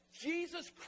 Jesus